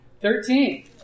Thirteen